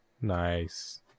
Nice